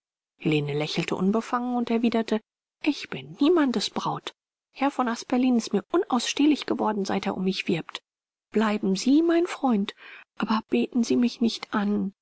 helene lächelte unbefangen und erwiderte ich bin niemandes braut herr von asperlin ist mir unausstehlich geworden seit er um mich wirbt bleiben sie mein freund aber beten sie mich nicht an